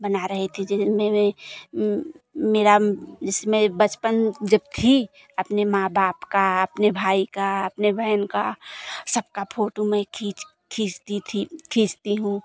बना रही थी में में मेरा जिसमें बचपन जब थी अपने माँ बाप की अपने भाई की अपने बहन की सबकी फोटो मैं खींच खींचती थी खींचती हूँ